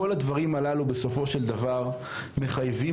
כל הדברים הללו בסופו של דבר מחייבים